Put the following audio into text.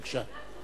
בבקשה.